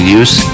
use